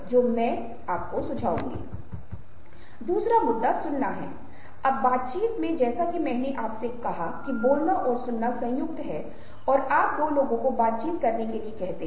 लेकिन जैसा कि मैंने पहले स्लाइड में संकेत दिया था कि हम अपनी भावनाओं को बहुत बार बादल देते हैं